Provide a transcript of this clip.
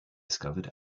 discovered